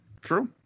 true